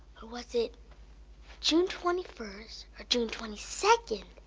or was it june twenty first. or june twenty second?